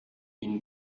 une